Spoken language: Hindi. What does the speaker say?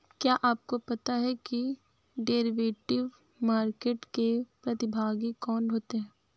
क्या आपको पता है कि डेरिवेटिव मार्केट के प्रतिभागी कौन होते हैं?